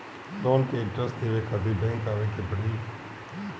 Loan के interest देवे खातिर बैंक आवे के पड़ी?